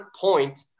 point